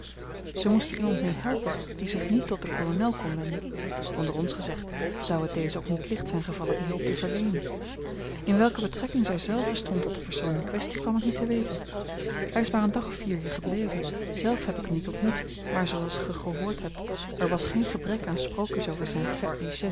zij moest er iemand mee helpen die zich niet tot den kolonel kon wenden onder ons gezegd zou het dezen ook niet licht zijn gevallen die hulp te verleenen in welke betrekking zij zelve stond tot den persoon in kwestie kwam ik niet te weten hij is maar een dag of vier hier gebleven zelf heb ik hem niet ontmoet maar zooals gij gehoord hebt was er geen gebrek aan sprookjes over zijne